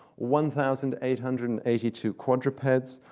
one thousand eight hundred and eighty two quadrupeds,